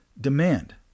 demand